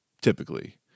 typically